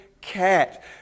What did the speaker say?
cat